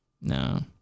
No